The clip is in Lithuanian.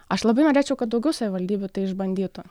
aš labai norėčiau kad daugiau savivaldybių tai išbandytų